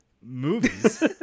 movies